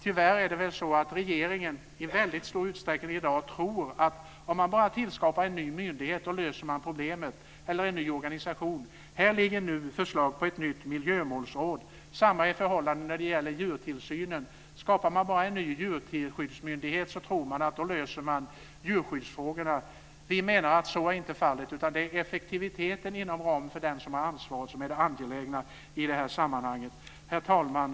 Tyvärr är det väl så att regeringen i dag i väldigt stor utsträckning tror att man löser problemet om man bara tillskapar en ny myndighet eller en ny organisation. Här ligger nu förslag på ett nytt miljömålsråd. Förhållandet är detsamma när det gäller djurtillsynen. Om man bara skapar en ny djurskyddsmyndighet, tror man att man löser djurskyddsfrågorna. Vi menar att så inte är fallet. Det är effektiviteten hos dem som har ansvaret som är det angelägna i det här sammanhanget. Herr talman!